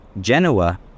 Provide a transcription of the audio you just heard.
Genoa